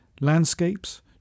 Landscapes